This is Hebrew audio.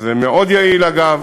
זה מאוד יעיל, אגב.